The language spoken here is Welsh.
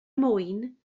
mwyn